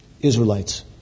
Israelites